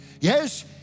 Yes